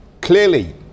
clearly